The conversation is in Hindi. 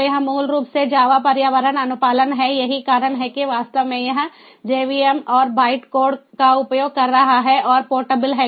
तो यह मूल रूप से जावा पर्यावरण अनुपालन है यही कारण है कि वास्तव में यह जेवीएम और बाइट कोड का उपयोग कर रहा है और पोर्टेबल हैं